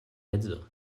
edzo